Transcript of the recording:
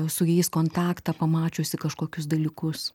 su jais kontaktą pamačiusi kažkokius dalykus